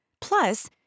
Plus